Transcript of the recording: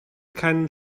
keinen